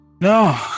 No